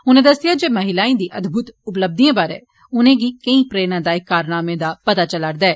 उनें दस्सेया जे महिलायें दी अदभूत उपलब्धियें बारै उनेंगी केंई प्रेरणादायक कारनामें दा पता चला दा ऐ